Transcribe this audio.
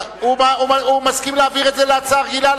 הוא מסכים להעביר את זה להצעה רגילה,